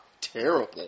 terrible